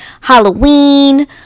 Halloween